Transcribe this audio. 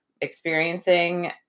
experiencing